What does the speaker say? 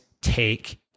take